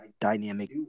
dynamic